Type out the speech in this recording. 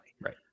Right